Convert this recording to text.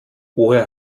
woher